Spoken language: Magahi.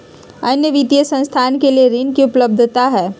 अन्य वित्तीय संस्थाएं के लिए ऋण की उपलब्धता है?